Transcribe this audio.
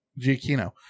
Giacchino